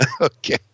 Okay